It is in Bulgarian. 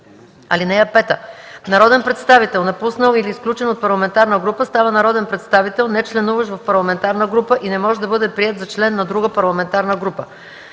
събрание. (5) Народен представител, напуснал или изключен от парламентарна група, става народен представител, нечленуващ в парламентарна група, и не може да бъде приет за член на друга парламентарна група.